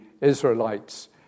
Israelites